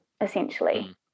essentially